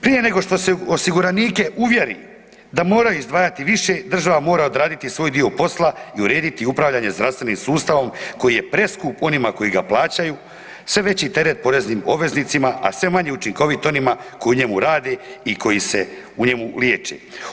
Prije nego što se osiguranike uvjeri da moraju izdvajati više država mora odraditi svoj dio posla i urediti upravljanje zdravstvenim sustavom koji je preskup onima koji ga plaćaju, sve veći teret poreznim obveznicima, a sve manje učinkovit onima koji u njemu rade i koji se u njemu liječe.